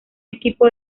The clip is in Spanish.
equipo